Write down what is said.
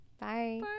bye